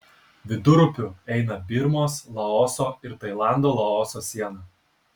vidurupiu eina birmos laoso ir tailando laoso siena